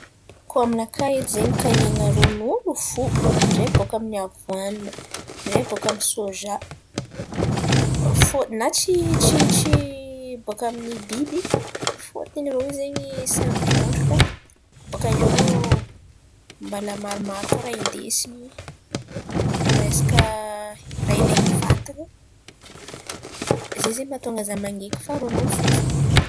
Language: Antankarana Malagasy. Koa aminakà edy zen̈y kahian̈a ronono fo ndray boakà amy ny avoana ndray bôkà amy ny soja. Fô- na tsy tsy boakà amy ny biby fôton̈y irô zen̈y samy vôndraka bokà eo mbala maromaro koa raha indesin̈y amy ny resaka raha ilan̈y vatan̈a, zen̈y zen̈y mahatônga zah maneky fa ronono fo izy io.